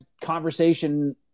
conversation